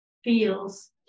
feels